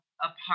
apart